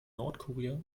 nordkorea